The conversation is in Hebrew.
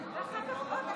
ואחר כך עוד אחת.